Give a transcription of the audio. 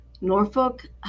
Norfolk